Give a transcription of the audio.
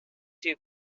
too